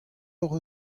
hocʼh